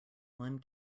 one